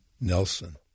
Nelson